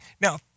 Now